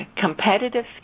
competitive